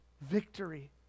victory